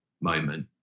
moment